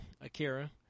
Akira